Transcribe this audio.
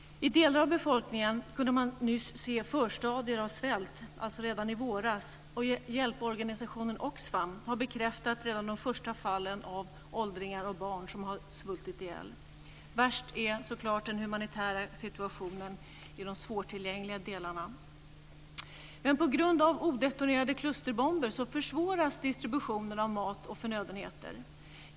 Hos delar av befolkningen kunde man redan i våras se förstadier av svält. Hjälporganisationen Oxfam har redan bekräftat de första fallen av åldringar och barn som har svultit ihjäl. Värst är naturligtvis den humanitära situationen i de svårtillgängliga delarna. På grund av odetonerade klusterbomber försvåras dock distributionen av mat och förnödenheter.